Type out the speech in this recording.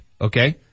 Okay